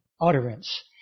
utterance